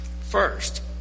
First